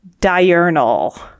diurnal